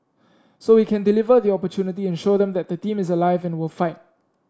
so we can deliver the opportunity and show them that the team is alive and will fight